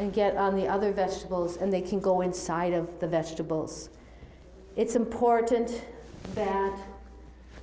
and get on the other vegetables and they can go inside of the vegetables it's important that